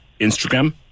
Instagram